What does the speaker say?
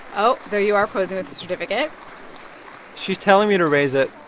oh, there you are posing with the certificate she's telling me to raise it